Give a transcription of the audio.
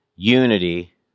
unity